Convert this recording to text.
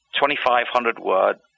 2,500-word